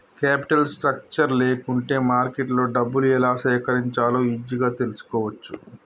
capital structure లేకుంటే మార్కెట్లో డబ్బులు ఎలా సేకరించాలో ఈజీగా తెల్సుకోవచ్చు